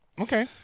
Okay